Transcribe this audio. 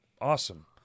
awesome